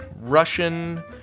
Russian